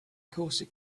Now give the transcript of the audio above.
corset